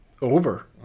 Over